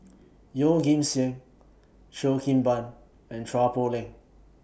Yeoh Ghim Seng Cheo Kim Ban and Chua Poh Leng